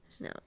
No